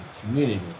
community